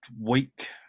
week